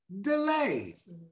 delays